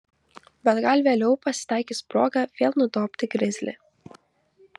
bet gal vėliau pasitaikys proga vėl nudobti grizlį